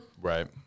Right